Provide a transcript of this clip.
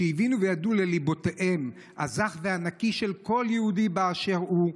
שהבינו וידעו לליבם הזך והנקי של כל יהודי באשר הוא,